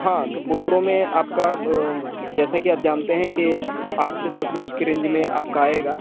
हाँ तो बोलोरो में आपका जैसे के आप जानते हैं कि आठ से दस लाख की रेंज में आपका आएगा